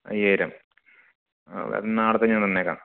അയ്യായിരം അത് നാളെ തന്നെ ഞാന് തന്നേക്കാം